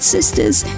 Sisters